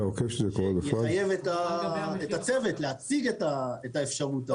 שיחייב את הצוות להציג את האפשרות הזאת.